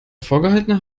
vorgehaltener